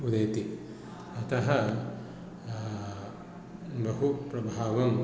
उदेति अतः बहु प्रभावम्